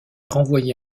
renvoyée